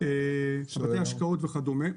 של בתי השקעות וכדומה.